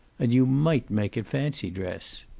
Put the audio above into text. and you might make it fancy dress.